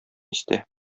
истә